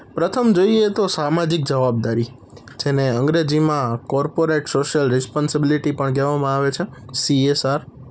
પ્રથમ જોઈએ તો સામાજિક જવાબદારી જેને અંગ્રેજીમાં કોર્પોરેટ સોશિયલ રિસપોન્સિબિલિટી પણ કહેવામાં આવે છે સીએસઆર